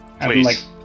please